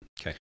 Okay